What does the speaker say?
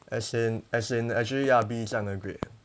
as in as in actually ya B 这样 the grade